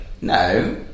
No